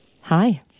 Hi